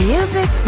Music